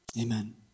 Amen